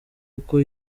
kuko